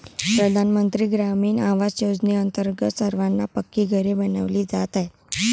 प्रधानमंत्री ग्रामीण आवास योजनेअंतर्गत सर्वांना पक्की घरे बनविली जात आहेत